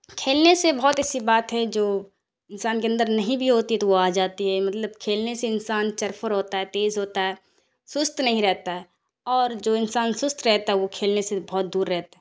کھیلنے سے بہت ایسی بات ہے جو انسان کے اندر نہیں بھی ہوتی تو وہ آ جاتی ہے مطلب کھیلنے سے انسان ہوتا ہے تیز ہوتا ہے سست نہیں رہتا ہے اور جو انسان سست رہتا ہے وہ کھیلنے سے بہت دور رہتا ہے